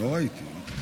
לא ראיתי.